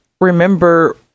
remember